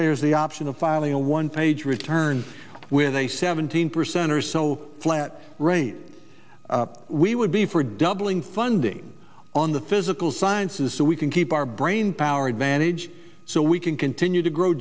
payers the option of filing a one page return with a seventeen percent or so flat rate we would be for doubling funding on the physical sciences so we can keep our brainpower advantage so we can continue to grow